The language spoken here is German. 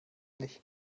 nicht